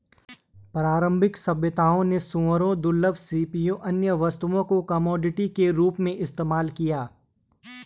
प्रारंभिक सभ्यताओं ने सूअरों, दुर्लभ सीपियों, अन्य वस्तुओं को कमोडिटी के रूप में इस्तेमाल किया